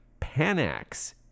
panax